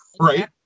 right